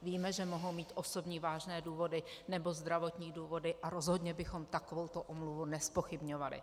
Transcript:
Víme, že mohou mít osobní vážné důvody nebo zdravotní důvody, a rozhodně bychom takovouto omluvu nezpochybňovali.